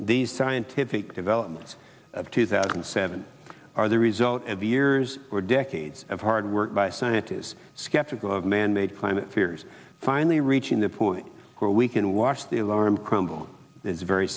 these scientific developments of two thousand and seven are the result of years or decades of hard work by scientists skeptical of manmade climate fears finally reaching the point where we can watch the alarm crumble is very